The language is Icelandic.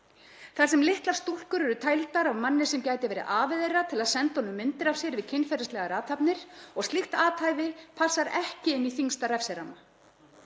Þar sem litlar stúlkur eru tældar af manni sem gæti verið afi þeirra til að senda honum myndir af sér við kynferðislegar athafnir og slíkt athæfi passar ekki inn í þyngsta refsiramma.